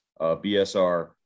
BSR